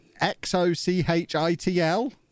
x-o-c-h-i-t-l